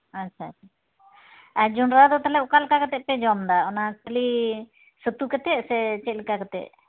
ᱟᱪᱪᱷᱟ ᱟᱪᱪᱷᱟ ᱟᱨ ᱡᱚᱱᱰᱨᱟ ᱫᱚ ᱛᱟᱦᱚᱞᱮ ᱚᱠᱟ ᱞᱮᱠᱟ ᱠᱟᱛᱮᱫ ᱯᱮ ᱡᱚᱢ ᱮᱫᱟ ᱚᱱᱟ ᱠᱷᱟᱹᱞᱤ ᱪᱷᱟᱹᱛᱩ ᱠᱟᱛᱮᱫ ᱥᱮ ᱪᱮᱫ ᱞᱮᱠᱟ ᱠᱟᱛᱮᱫ